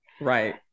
Right